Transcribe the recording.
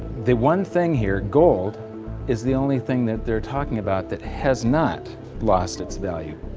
the one thing here, gold is the only thing that they're talking about that has not lost its value.